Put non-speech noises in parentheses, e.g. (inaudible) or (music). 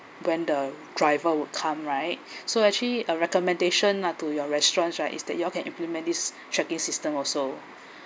when the driver would come right (breath) so actually a recommendation lah to your restaurants right is that you all can implement this tracking system also